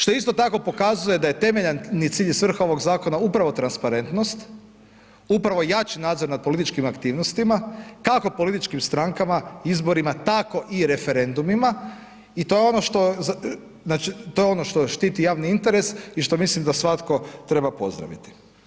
Što isto tako pokazuje da je temeljni cilj i svrha ovog zakona, upravo transparentnost, upravo jači nadzor nad političkim aktivnostima, kako političkim strankama, izborima tako i referendumima i to je ono što štiti javni interes i što mislim da svatko treba pozdraviti.